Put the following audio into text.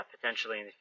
potentially